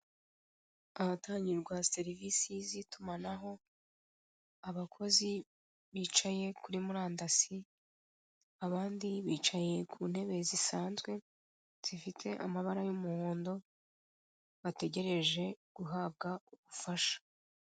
Ahatangirwa serivise zitumanaho abakozi bicaye kuri murandasi, abandi bicaye kuntebe zisanzwe zifite amabara y'umuhondo, bategereje guhabwa ubufasha.